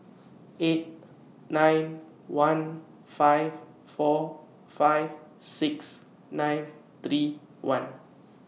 eight nine one five four five six nine three one